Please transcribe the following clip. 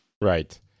Right